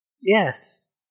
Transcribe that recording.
Yes